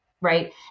right